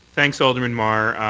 thanks, alderman mar.